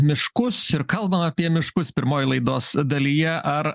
miškus ir kalbam apie miškus pirmoj laidos dalyje ar